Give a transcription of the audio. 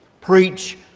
preach